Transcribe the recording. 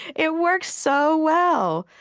it works so well.